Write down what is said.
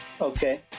Okay